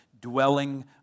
dwelling